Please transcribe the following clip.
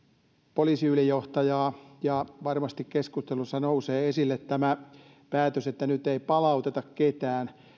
poliisiylijohtajaa ja varmasti keskustelussa nousee esille tämä päätös että nyt ei palauteta ketään